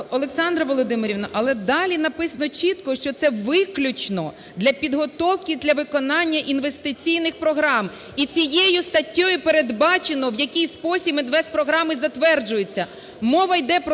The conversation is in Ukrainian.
Олександра Володимирівна, але далі написано чітко, що це виключно для підготовки для виконання інвестиційних програм. І цією статтею передбачено, в якій спосіб інвестпрограми програми затверджується. Мова йде про те,